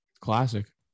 classic